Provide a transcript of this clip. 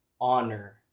honor